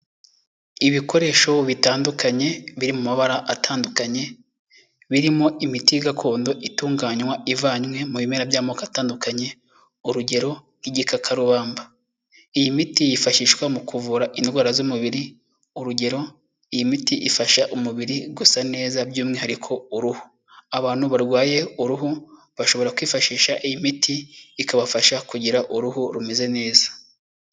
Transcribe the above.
Ibikoresho bitandukanye biri mu mabara atandukanye, birimo imiti gakondo itunganywa ivanywe mu bimera by'amoko atandukanye, urugero nk'igikakarubamba. Iyi miti yifashishwa mu kuvura indwara z'umubiri, urugero iy'imiti ifasha umubiri gusa neza by'umwihariko uruhu. Abantu barwaye uruhu bashobora kwifashisha iy'imiti ikabafasha kugira uruhu rumeze neza.